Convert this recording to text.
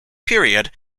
period